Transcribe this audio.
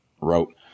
wrote